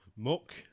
Muck